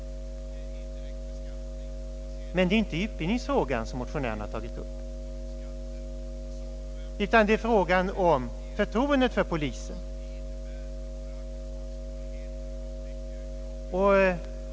Men det är inte utbildningsfrågan som motionärerna har tagit upp, utan det är frågan om förtroendet för polisen.